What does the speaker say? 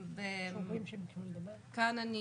כאן אני